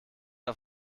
auf